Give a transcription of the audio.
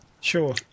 sure